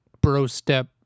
bro-step